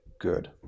good